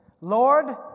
Lord